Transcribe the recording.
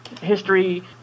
history